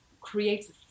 creates